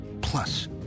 plus